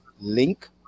link